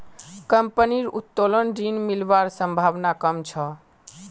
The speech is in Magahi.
कंपनीर उत्तोलन ऋण मिलवार संभावना कम छ